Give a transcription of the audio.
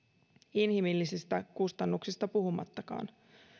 inhimillisistä kustannuksista puhumattakaan